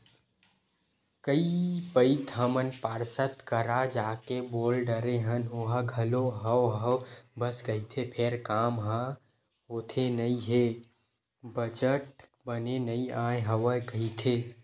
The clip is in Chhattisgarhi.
कई पइत हमन पार्षद करा जाके बोल डरे हन ओहा घलो हव हव बस कहिथे फेर काम ह होथे नइ हे बजट बने नइ आय हवय कहिथे